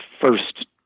first